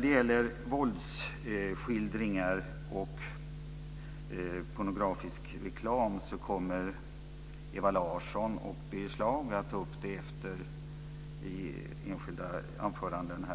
Ewa Larsson och Birger Schlaug kommer att ta upp våldsskildringar och pornografisk reklam i enskilda anföranden.